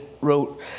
wrote